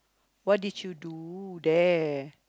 what did you do there